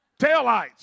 taillights